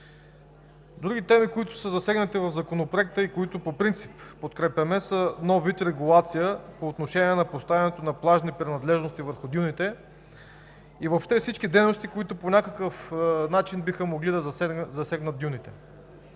Други теми, които са засегнати в Законопроекта и по принцип подкрепяме, са нов вид регулация по отношение поставянето на плажни принадлежности върху дюните и въобще всички дейности, които по някакъв начин биха могли да ги засегнат.